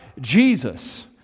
Jesus